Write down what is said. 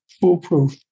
foolproof